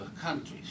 countries